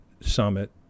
summit